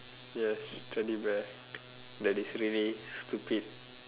yes Teddy bear that is really stupid